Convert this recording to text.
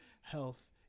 health